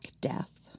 Death